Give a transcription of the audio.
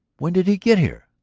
when did he get here?